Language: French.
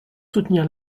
soutenir